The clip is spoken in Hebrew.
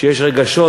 שיש רגשות,